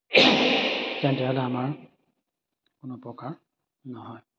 তেন্তে হ'লে আমাৰ কোনো অপকাৰ নহয়